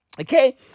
Okay